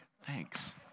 thanks